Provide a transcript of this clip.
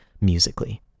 musically